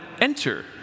enter